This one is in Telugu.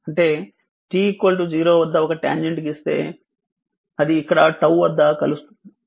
అంటే t 0 వద్ద ఒక ట్యాంజెంట్ గీస్తే అది ఇక్కడ 𝜏 వద్ద కలుస్తుంది